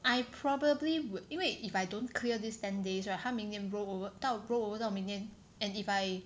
I probably would 因为 if I don't clear this ten days right 他明年 roll over 到 roll over 到明年 and if I